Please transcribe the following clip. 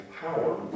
power